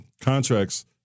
contracts